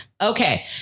Okay